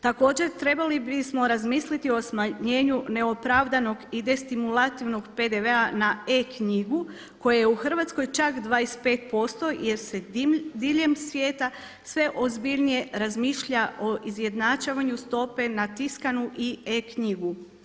Također trebali bismo razmisliti o smanjenju neopravdanog i destimulativnog PDV-a na e-knjigu koja je u Hrvatskoj čak 25% jer se diljem svijeta sve ozbiljnije razmišlja o izjednačavanju stope na tiskanu i e-knjigu.